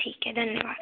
ठीक है धन्यवाद